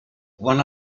one